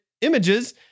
images